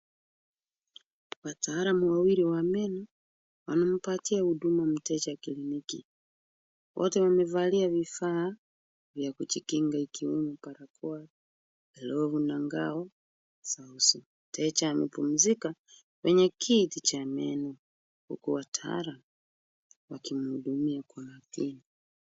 Watalaamu wawili wa meno wanampatia huduma mteja kliniki. Wote wamevalia vifaa vya kujikinga ikiwemo barakoa, glavu na ngao za uso. Mteja amempumzika kwa kiti cha meno huku watalaamu wakimhudumia kwa makini.